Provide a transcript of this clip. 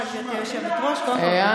הוא יצטרך אצלכם להתמודד ברשימה.